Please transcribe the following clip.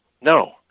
no